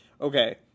okay